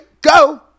go